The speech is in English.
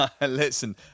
Listen